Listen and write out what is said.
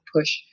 push